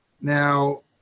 Now